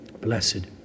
Blessed